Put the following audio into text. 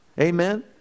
Amen